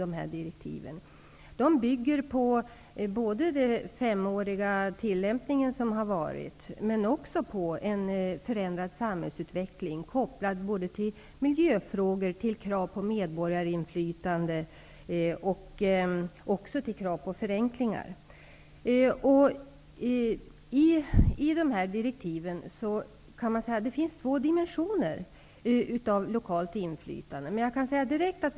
Direktiven bygger både på den femåriga tillämpningen men också på en förändrad samhällsutveckling, kopplad till miljöfrågor, krav på medborgarinflytande och krav på förenklingar. Man kan säga att det finns två dimensioner av lokalt inflytande i direktiven.